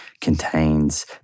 contains